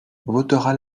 votera